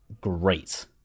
great